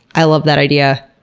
i love that idea,